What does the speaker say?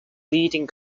leading